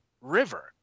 river